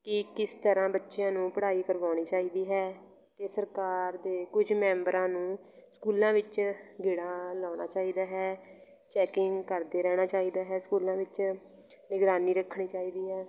ਕਿ ਕਿਸ ਤਰ੍ਹਾਂ ਬੱਚਿਆਂ ਨੂੰ ਪੜ੍ਹਾਈ ਕਰਵਾਉਣੀ ਚਾਹੀਦੀ ਹੈ ਅਤੇ ਸਰਕਾਰ ਦੇ ਕੁਝ ਮੈਂਬਰਾਂ ਨੂੰ ਸਕੂਲਾਂ ਵਿੱਚ ਗੇੜਾ ਲਾਉਣਾ ਚਾਹੀਦਾ ਹੈ ਚੈਕਿੰਗ ਕਰਦੇ ਰਹਿਣਾ ਚਾਹੀਦਾ ਹੈ ਸਕੂਲਾਂ ਵਿੱਚ ਨਿਗਰਾਨੀ ਰੱਖਣੀ ਚਾਹੀਦੀ ਹੈ